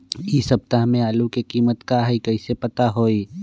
इ सप्ताह में आलू के कीमत का है कईसे पता होई?